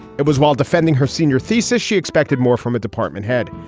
it was while defending her senior thesis, she expected more from a department head.